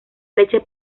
leche